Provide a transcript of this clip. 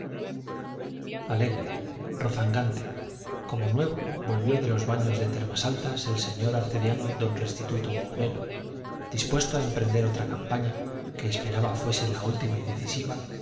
alegre rozagante como nuevo volvió de los baños de termasaltas el señor arcediano don restituto mourelo dispuesto a emprender otra campaña que esperaba fuese la última y decisiva